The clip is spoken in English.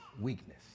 weakness